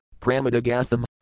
Pramadagatham